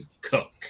Cook